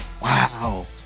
wow